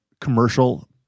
commercial